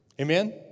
Amen